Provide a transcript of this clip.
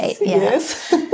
yes